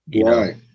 Right